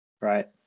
right